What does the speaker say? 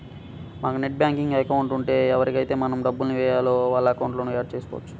మనకు net banking account ఉంటే ఎవరికైతే మనం డబ్బులు వేయాలో వాళ్ళ అకౌంట్లను యాడ్ చేసుకోవచ్చు